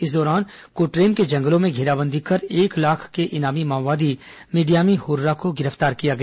इस दौरान क्टरेम के जंगलों में घेराबंदी कर एक लाख के इनामी माओवादी मिडियामी हर्रा को गिरफ्तार किया गया